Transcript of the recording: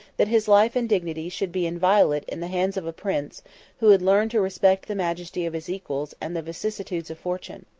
that his life and dignity should be inviolate in the hands of a prince who had learned to respect the majesty of his equals and the vicissitudes of fortune.